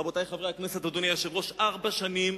רבותי חברי הכנסת, אדוני היושב-ראש, ארבע שנים